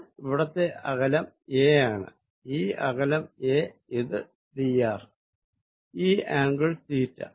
അപ്പോൾ ഇവിടത്തെ ഈ അകലം a ആണ് ഈ അകലം a ഇത് dr ഈ ആംഗിൾ തീറ്റ